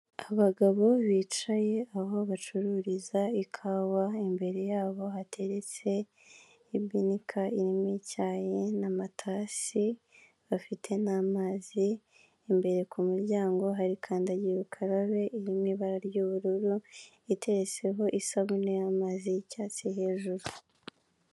Abagabo bicaye aho bacururiza ikawa imbere yabo hateretse ibinika irimo icyayi n'amatasi, bafite n'amazi imbere ku muryango hari kandagira ukarabe irimo ibara ry'ubururu itetseho isabune y'amazi y'icyatsi hejuru.